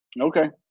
Okay